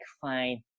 fine